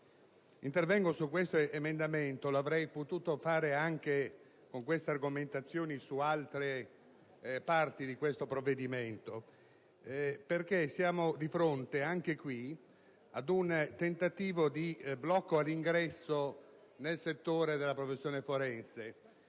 Intervengo su questo emendamento (ma avrei potuto farlo, con le stesse argomentazioni, su altre parti del provvedimento) perché siamo di fronte, anche qui, ad un tentativo di blocco all'ingresso nel settore della professione forense.